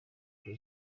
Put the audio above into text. uko